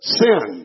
sin